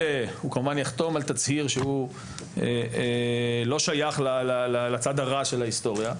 והוא כמובן יחתום על תצהיר שהוא לא שייך לצד הרע של ההיסטוריה,